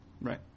Right